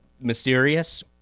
mysterious